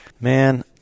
Man